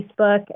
Facebook